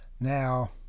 Now